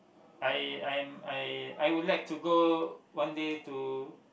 I I'm I I would like to go one day to